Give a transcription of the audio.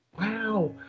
Wow